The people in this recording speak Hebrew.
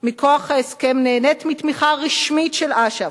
מכוח ההסכם נהנה מתמיכה רשמית של אש"ף.